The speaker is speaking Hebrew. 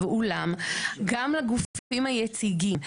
ואולם גם לגופים היציגים,